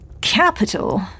Capital